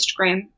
Instagram